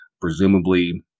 presumably